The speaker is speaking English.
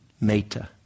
meta